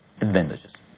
advantages